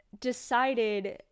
decided